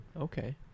Okay